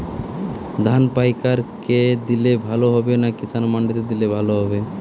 ধান পাইকার কে দিলে ভালো হবে না কিষান মন্ডিতে দিলে ভালো হবে?